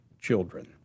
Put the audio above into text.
children